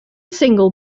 single